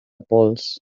pols